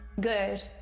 good